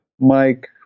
Mike